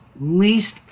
least